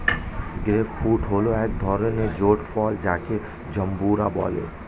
grape fruit হল এক ধরনের ছোট ফল যাকে জাম্বুরা বলে